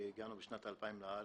הגענו בשנת 2000 לארץ.